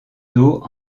dos